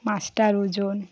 মাছটার ওজন